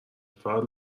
فقط